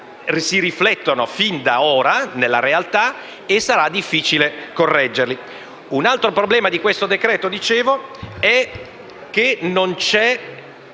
si riflettono fin da ora nella realtà e sarà difficile correggerli. Un altro problema di questo decreto è la disparità